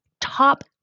top